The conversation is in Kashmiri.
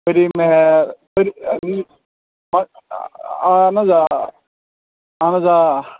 پٔری محل اَہَن حظ آ اَہَن حظ آ